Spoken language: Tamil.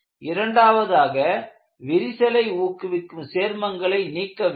இரண்டாவதாக விரிசலை ஊக்குவிக்கும் சேர்மங்களை நீக்கவேண்டும்